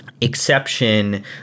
exception